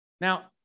Now